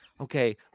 Okay